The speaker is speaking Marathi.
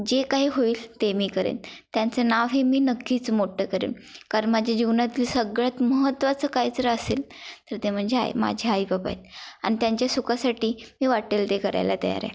जे काही होईल ते मी करेन त्यांचं नाव हे मी नक्कीच मोठं करेन कारण माझ्या जीवनातली सगळ्यात महत्त्वाचं काय जर असेल तर ते म्हणजे आई माझ्या आई बाबा आहेत आणि त्यांच्या सुखासाठी मी वाट्टेल ते करायला तयार आहे